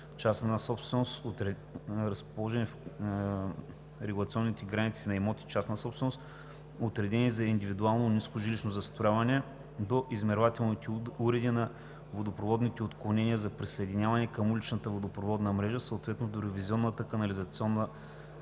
частна собственост, отредени за индивидуално ниско жилищно застрояване, до измервателните уреди на водопроводните отклонения за присъединяване към уличната водопроводна мрежа, съответно до ревизионната канализационна